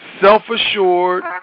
self-assured